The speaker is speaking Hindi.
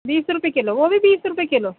बीस रुपए किलो वो भी बीस रुपए किलो